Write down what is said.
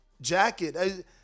jacket